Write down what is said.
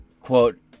Quote